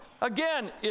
Again